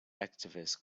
activists